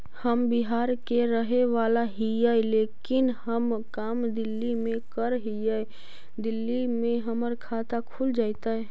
हम बिहार के रहेवाला हिय लेकिन हम काम दिल्ली में कर हिय, दिल्ली में हमर खाता खुल जैतै?